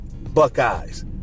Buckeyes